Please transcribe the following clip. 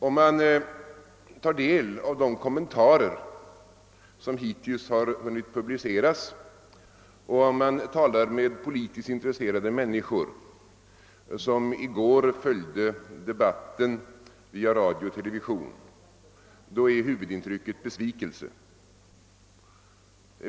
Om man tar del av de kommentarer som hittills hunnit publiceras och om man talar med politiskt intresserade människor som i går följde debatten via radio och TV är huvudintrycket besvikelse.